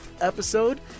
episode